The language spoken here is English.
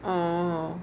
orh